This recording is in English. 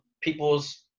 people's